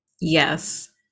Yes